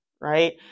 right